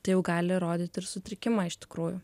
tai jau gali rodyt ir sutrikimą iš tikrųjų